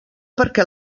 perquè